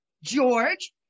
George